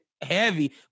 heavy